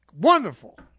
wonderful